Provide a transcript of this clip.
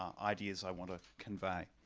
um ideas i want to convey.